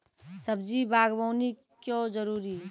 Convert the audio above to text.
सब्जी बागवानी क्यो जरूरी?